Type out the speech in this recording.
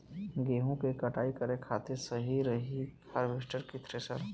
गेहूँ के कटाई करे खातिर का सही रही हार्वेस्टर की थ्रेशर?